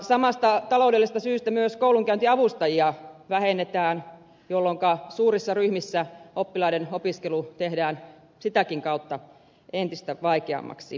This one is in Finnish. samasta taloudellisesta syystä myös koulunkäyntiavustajia vähennetään jolloinka suurissa ryhmissä oppilaiden opiskelu tehdään sitäkin kautta entistä vaikeammaksi